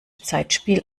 zeitspiel